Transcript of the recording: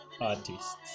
artists